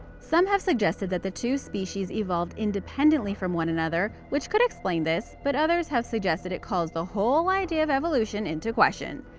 some have suggested that the two species evolved independently from one another, which could explain this, but others have suggested it calls the whole idea of evolution into question.